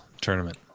tournament